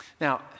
Now